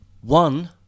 one